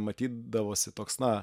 matydavosi toks na